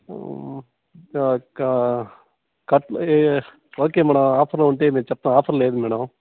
ఈ okay madam ఆఫర్లో ఉంటే మేము చెప్తాం మేడమ్ ఆఫర్ లేదు మేడమ్